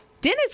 Dennis